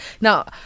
Now